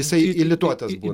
jisai įlituotas būna